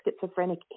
schizophrenic